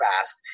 fast